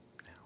now